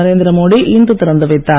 நரேந்திரமோடி இன்று திறந்து வைத்தார்